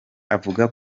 avuga